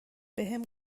بهم